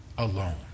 alone